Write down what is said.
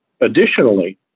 Additionally